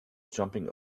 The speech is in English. jumping